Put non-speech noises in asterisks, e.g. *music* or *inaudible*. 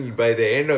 *laughs*